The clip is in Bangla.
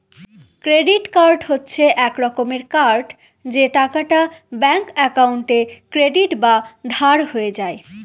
ক্রেডিট কার্ড হচ্ছে এক রকমের কার্ড যে টাকাটা ব্যাঙ্ক একাউন্টে ক্রেডিট বা ধার হয়ে যায়